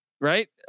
right